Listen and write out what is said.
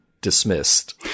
dismissed